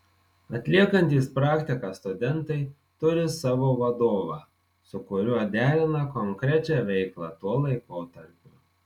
atliekantys praktiką studentai turi savo vadovą su kuriuo derina konkrečią veiklą tuo laikotarpiu